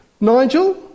Nigel